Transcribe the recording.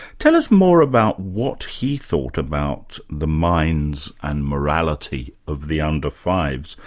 tell us more about what he thought about the minds and morality of the under five s,